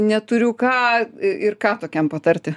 neturiu ką i ir ką tokiam patarti